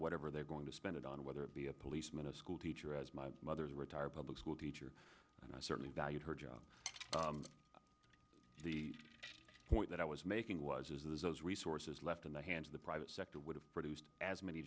whatever they're going to spend it on whether it be a policeman a schoolteacher as my mother is a retired public school teacher and i certainly valued her job the point that i was making was the resources left in the hands of the private sector would have produced as many